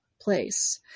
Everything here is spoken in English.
place